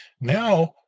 now